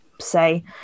say